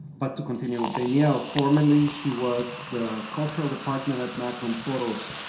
but to continue with danielle. formerly, she was the cultural department at magnum photos,